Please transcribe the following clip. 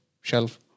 shelf